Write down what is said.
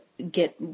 get